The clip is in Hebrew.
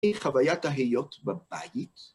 חוויית ההיות בבית